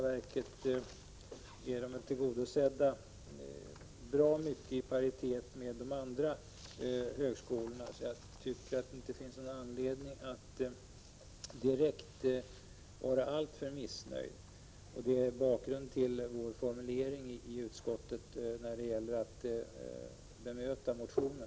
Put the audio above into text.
Den är väl tillgodosedd jämfört med andra högskolor. Jag tycker inte det finns någon anledning att vara alltför missnöjd. Detta är bakgrunden till vår formulering i utskottsbetänkandet när det gäller att bemöta motionen.